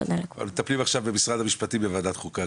תודה לכולם --- אבל מטפלים עכשיו במשרד המשפטים בוועדת חוקה,